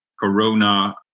corona